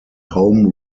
home